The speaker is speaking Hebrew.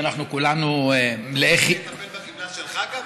שאנחנו כולנו מלאי, רוצה שאני אטפל בגמלה שלך גם?